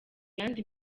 yandi